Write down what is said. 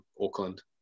Auckland